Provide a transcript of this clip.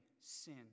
sin